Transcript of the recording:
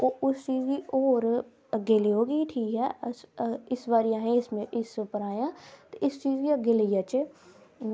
जां बडे़ जिंदे कोल फोन हैन ते अख़वारा अजकल घट्ट ही पढ़दे ना जेहड़ा कोई इक दो बिरला घर होग उंदे घार अख़वार पढ़दे ना